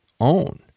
own